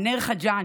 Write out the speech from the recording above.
מנאר חג'אג',